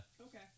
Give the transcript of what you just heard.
okay